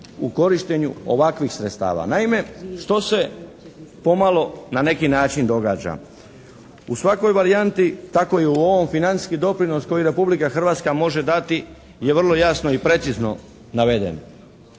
u korištenju ovakvih sredstava? Naime, što se pomalo na neki način događa? U svakoj varijanti, tako i u ovom, financijski doprinos koji Republika Hrvatska može dati je vrlo jasno i precizno naveden.